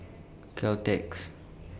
Caltex